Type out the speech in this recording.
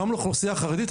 גם לאוכלוסיה חרדית.